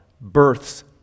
births